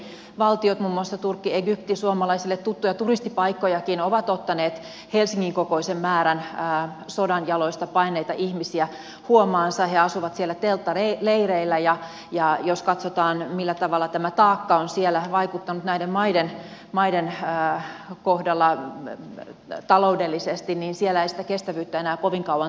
naapurivaltiot muun muassa turkki ja egypti suomalaisille tuttuja turistipaikkojakin ovat ottaneet helsingin kokoisen määrän sodan jaloista paenneita ihmisiä huomaansa he asuvat siellä telttaleireillä ja jos katsotaan millä tavalla tämä taakka on siellä vaikuttanut näiden maiden kohdalla taloudellisesti niin siellä ei sitä kestävyyttä enää kovin kauan tule olemaan